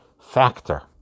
factor